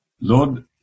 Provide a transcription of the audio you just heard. Lord